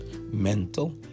mental